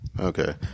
Okay